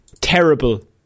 terrible